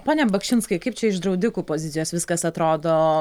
pone bakšinskai kaip čia iš draudikų pozicijos viskas atrodo